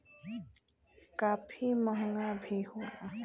काफी महंगा भी होला